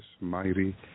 mighty